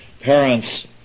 Parents